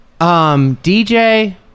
DJ